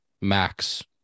max